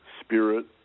spirit